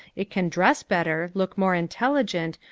it can dress better, look more intelligent,